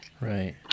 Right